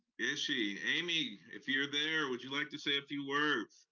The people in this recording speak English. is she, amy, if you're there, would you like to say a few words?